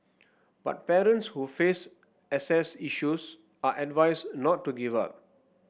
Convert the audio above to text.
but parents who face access issues are advised not to give up